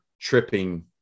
tripping